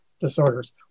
disorders